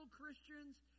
Christians